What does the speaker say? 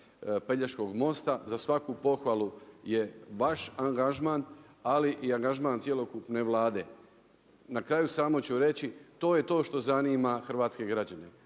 Pelješkog mosta. Za svaku pohvalu je vaš angažman, ali i angažman cjelokupne Vlade. Na kraju samo ću reći, to je to što zanima hrvatske građane,